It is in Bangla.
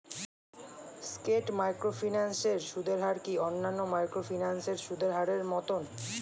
স্কেট মাইক্রোফিন্যান্স এর সুদের হার কি অন্যান্য মাইক্রোফিন্যান্স এর সুদের হারের মতন?